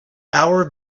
our